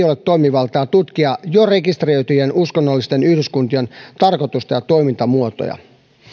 ole toimivaltaa tutkia jo rekisteröityjen uskonnollisten yhdyskuntien tarkoitusta ja toimintamuotoja